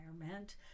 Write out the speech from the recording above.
environment